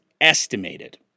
estimated